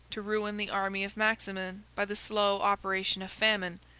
to ruin the army of maximin by the slow operation of famine,